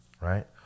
Right